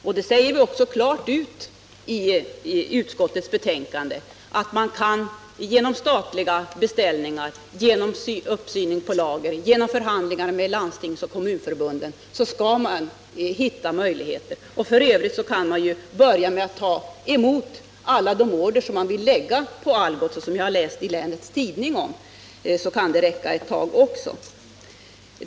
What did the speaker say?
Vi säger också klart ut i utskottets betänkande att genom statliga beställningar, genom uppsyning på lager och genom förhandlingar med landstingsoch kommunförbunden kan man hitta möjligheter att driva produktionen. Om man f. ö. började med att ta emot alla de order som många vill ge till Algots och som jag har läst i länets tidning om, så räcker det ett tag också.